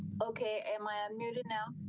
okay. am i unmuted now.